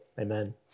Amen